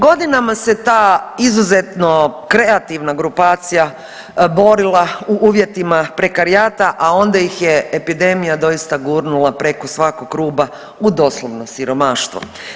Godinama se ta izuzetno kreativna grupacija borila u uvjetima prekarijata, a onda ih je epidemija doista gurnula preko svakog ruba u doslovno siromaštvo.